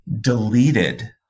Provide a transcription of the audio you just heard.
deleted